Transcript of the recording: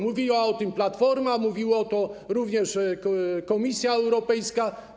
Mówiła o tym Platforma, mówiła o tym również Komisja Europejska.